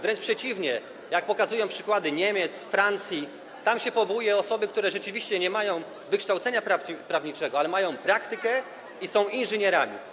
Wręcz przeciwnie, jak pokazują przykłady Niemiec czy Francji, tam powołuje się osoby, które rzeczywiście nie mają wykształcenia prawniczego, ale mają praktykę i są inżynierami.